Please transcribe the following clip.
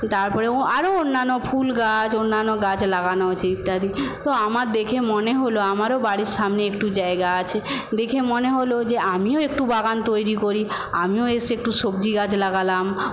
তারপরে আরও অন্যান্য ফুল গাছ অন্যান্য গাছ লাগানো আছে ইত্যাদি তো আমার দেখে মনে হল আমারও বাড়ির সামনে একটু জায়গা আছে দেখে মনে হল যে আমিও একটু বাগান তৈরি করি আমিও এসে একটু সবজি গাছ লাগালাম